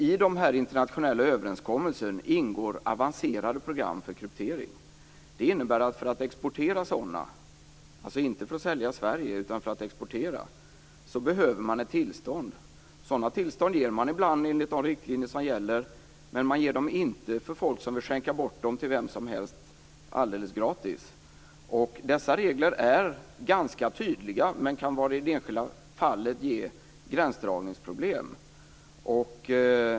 I de internationella överenskommelserna ingår avancerade program för kryptering. Det innebär att för att exportera sådana - dvs. inte för att sälja i Sverige utan för att exportera - behöver man ett tillstånd. Sådana tillstånd ger man ibland enligt de riktlinjer som gäller, men man ger dem inte till folk som vill skänka bort dem till vem som helst alldeles gratis. Dessa regler är ganska tydliga, men i det enskilda fallet kan de ge gränsdragningsproblem.